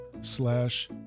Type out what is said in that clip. slash